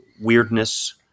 weirdness